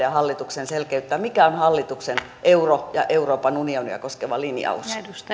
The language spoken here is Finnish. ja hallituksen selkeyttää mikä on hallituksen euroa ja euroopan unionia koskeva linjaus